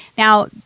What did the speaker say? Now